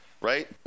right